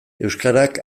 euskarak